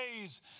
ways